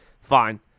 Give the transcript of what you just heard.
fine